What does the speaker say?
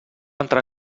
entrar